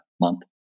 month